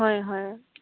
হয় হয়